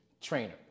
trainer